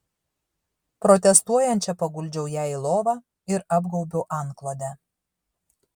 protestuojančią paguldžiau ją į lovą ir apgaubiau antklode